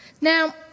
Now